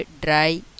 dry